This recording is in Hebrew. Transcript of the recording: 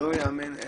לא ייאמן,